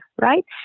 right